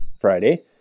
Friday